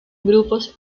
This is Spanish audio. grupos